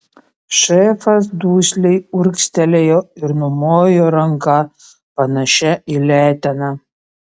šefas dusliai urgztelėjo ir numojo ranka panašia į leteną